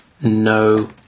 No